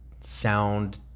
sound